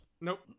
Nope